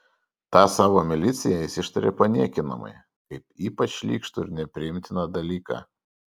tą savo miliciją jis ištaria paniekinamai kaip ypač šlykštų ir nepriimtiną dalyką